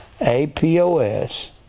A-P-O-S